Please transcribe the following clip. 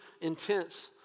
intense